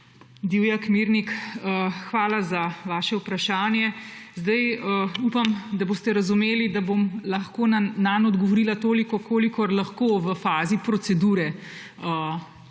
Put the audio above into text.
Divjak Mirnik, hvala za vaše vprašanje. Upam, da boste razumeli, da bom lahko nanj odgovorila toliko, kolikor lahko v fazi procedure te